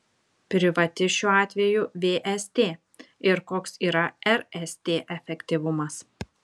privati šiuo atveju vst ir koks yra rst efektyvumas